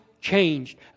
Changed